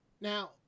now